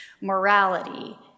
morality